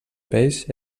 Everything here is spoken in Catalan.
peix